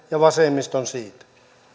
ja vasemmistolle siitä